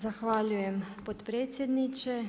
Zahvaljujem potpredsjedniče.